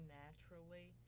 naturally